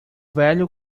velho